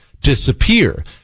disappear